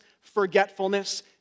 forgetfulness